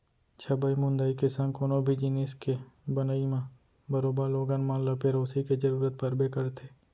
छबई मुंदई के संग कोनो भी जिनिस के बनई म बरोबर लोगन मन ल पेरोसी के जरूरत परबे करथे